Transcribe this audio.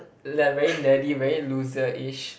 like very nerdy very loser ish